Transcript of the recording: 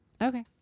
Okay